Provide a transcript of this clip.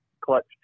clutch